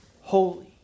holy